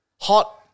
Hot